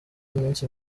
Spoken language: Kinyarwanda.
umunsi